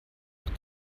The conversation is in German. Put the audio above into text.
auch